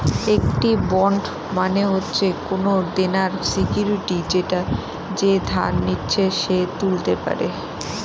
একটি বন্ড মানে হচ্ছে কোনো দেনার সিকুইরিটি যেটা যে ধার নিচ্ছে সে তুলতে পারে